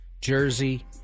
Jersey